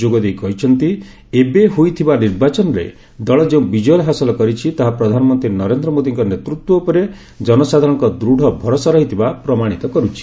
ଯୋଗଦେଇ କହିଛନ୍ତି ଏବେ ହୋଇଥିବା ନିର୍ବାଚନରେ ଦଳ ଯେଉଁ ବିଜୟ ହାସଲ କରିଛି ତାହା ପ୍ରଧାନମନ୍ତ୍ରୀ ନରେନ୍ଦ୍ର ମୋଦୀଙ୍କ ନେତୃତ୍ୱ ଉପରେ ଜନସାଧାରଣଙ୍କ ଦୃଢ଼ ଭରସା ରହିଥିବା ପ୍ରମାଣିତ କରୁଛି